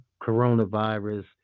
coronavirus